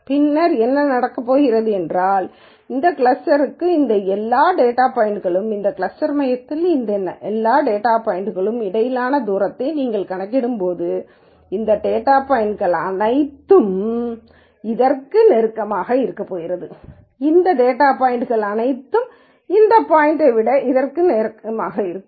பின்னர் என்ன நடக்கப் போகிறது என்றால் இந்த கிளஸ்டருக்கும் இந்த எல்லா டேட்டா பாய்ன்ட்களுக்கும் இந்த கிளஸ்டர் மையத்திற்கும் இந்த எல்லா டேட்டா பாய்ன்ட்களுக்கும் இடையிலான தூரத்தை நீங்கள் கணக்கிடும்போது இந்த டேட்டா பாய்ன்ட்கள் அனைத்தும் இதற்கு நெருக்கமாக இருக்கப் போகிறது இந்த டேட்டா பாய்ன்ட்கள் அனைத்தும் இந்த பாய்ன்ட்யை விட இதற்கு நெருக்கமாக இருக்கும்